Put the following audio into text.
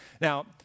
Now